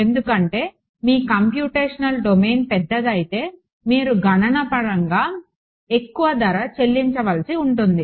ఎందుకంటే మీ computational domain పెద్దదైతే మీరు గణన పరంగా ఎక్కువ ధర చెల్లించవలసి ఉంటుంది